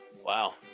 Wow